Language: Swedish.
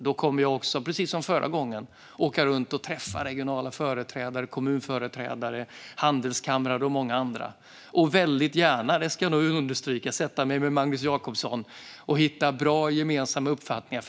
Då kommer jag också, precis som förra gången, att åka runt och träffa regionala företrädare, kommunföreträdare, handelskamrar och många andra - och väldigt gärna, det ska understrykas, sätta mig med Magnus Jacobsson och hitta bra gemensamma uppfattningar.